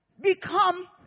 become